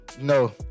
no